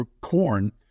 corn